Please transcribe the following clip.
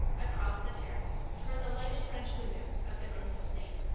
across the terrace towards the lighted french windows of the rooms of state.